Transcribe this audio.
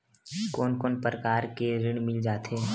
कोन कोन प्रकार के ऋण मिल जाथे?